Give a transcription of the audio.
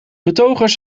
betogers